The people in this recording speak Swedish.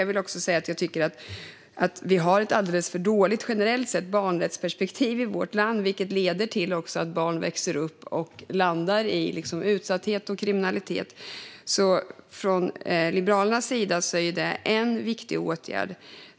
Jag vill också säga att jag tycker att vi generellt sett har ett alldeles för dåligt barnrättsperspektiv i vårt land, vilket leder till att barn växer upp och landar i utsatthet och kriminalitet. Från Liberalernas sida är detta en viktig åtgärd.